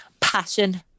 passion